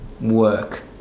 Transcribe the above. work